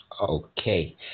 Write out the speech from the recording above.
Okay